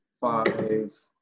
five